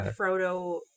frodo